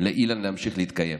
לאילן להמשיך להתקיים.